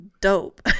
Dope